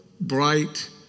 bright